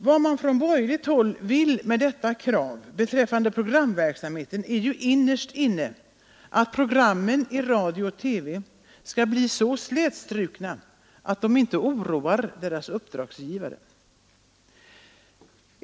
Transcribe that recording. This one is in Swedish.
Vad man från borgerligt håll vill med detta krav beträffande programverksamheten är ju innerst inne att programmen i radio och TV skall bli så slätstrukna, att de inte oroar uppdragsgivarna.